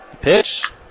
Pitch